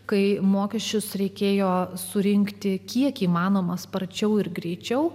kai mokesčius reikėjo surinkti kiek įmanoma sparčiau ir greičiau